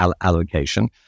allocation